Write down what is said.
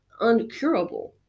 uncurable